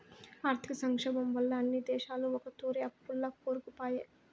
ఆర్థిక సంక్షోబం వల్ల అన్ని దేశాలు ఒకతూరే అప్పుల్ల కూరుకుపాయే